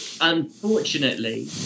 Unfortunately